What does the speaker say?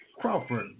Crawford